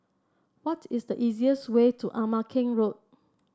what is the easiest way to Ama Keng Road